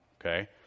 Okay